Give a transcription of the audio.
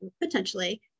potentially